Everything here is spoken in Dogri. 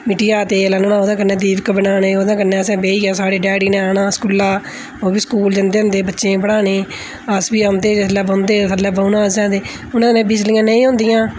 मिट्टिया दा तेल औना औह्दे कन्नै दीपक बनाने ओह्दे कन्नै असें बेहियै असें सारें डैडी ने आना स्कूला ओह् बी स्कूल जंदे होंदे है बच्चें गी पढाने गी अस बी औंदे है जिससे बौंह्दे हे उं'दे कोल उ'नें दिनें च बिजलियां नेईं हियां होंदियां